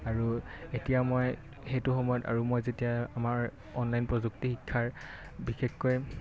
আৰু এতিয়া মই সেইটো সময়ত আৰু মই যেতিয়া আমাৰ অনলাইন প্ৰযুক্তি শিক্ষাৰ বিশেষকৈ